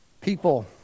People